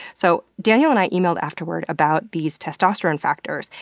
so daniel and i emailed afterwards about these testosterone factors,